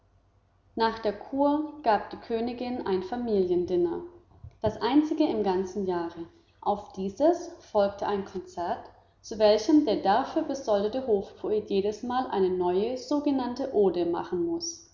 nach der cour gab die königin ein familiendinner das einzige im ganzen jahre auf dieses folgte ein konzert zu welchem der dafür besoldete hofpoet jedesmal eine neue sogenannte ode machen muß